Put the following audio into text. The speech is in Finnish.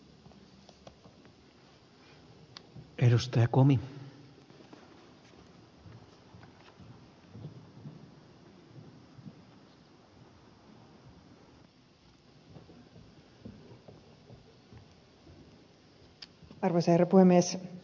arvoisa herra puhemies